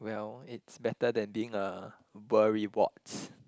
well it's better than being a worrywart